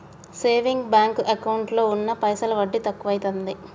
saving bank ఎకౌంటులో ఉన్న పైసలు వడ్డి తక్కువైతాంది